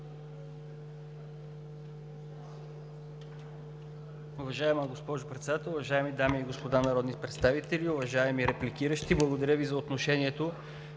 Уважаема госпожо Председател, уважаеми дами и господа народни представители! Уважаеми репликиращи, благодаря Ви за отношението.